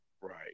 Right